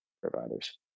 providers